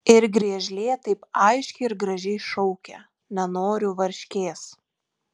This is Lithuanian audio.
ir griežlė taip aiškiai ir gražiai šaukia nenoriu varškės